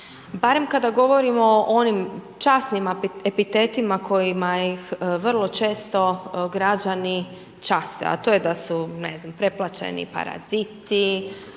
barem kada govorimo o onim časnim epitetima kojima ih vrlo često građani časte, a to je da su, ne znam, preplaćeni, paraziti,